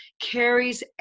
carries